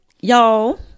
y'all